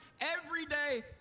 everyday